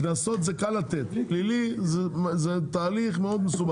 קנסות זה קל לתת, פלילי זה תהליך מאוד מסובך.